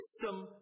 system